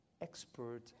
expert